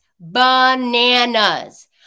Bananas